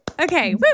Okay